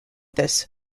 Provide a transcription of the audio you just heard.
this